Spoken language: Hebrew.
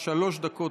בוודאי.